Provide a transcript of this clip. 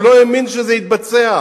הוא לא האמין שזה יתבצע.